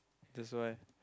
that's why